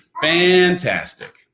Fantastic